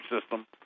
system